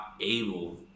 able